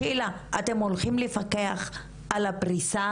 השאלה אם אתם הולכים לפקח על הפריסה